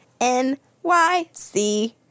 NYC